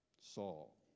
Saul